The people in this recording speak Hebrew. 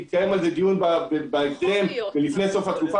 יתקיים על זה דיון בהקדם ולפני סוף התקופה